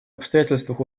обстоятельствах